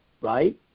right